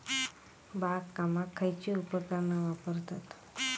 बागकामाक खयची उपकरणा वापरतत?